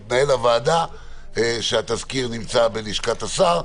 מנהל הוועדה שהתזכיר נמצא בלשכת השר,